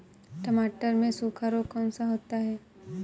टमाटर में सूखा रोग कौन सा होता है?